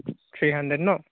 three hundred no